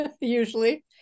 usually